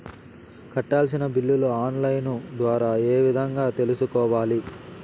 కట్టాల్సిన బిల్లులు online ద్వారా ఏ విధంగా తెలుసుకోవాలి?